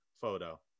photo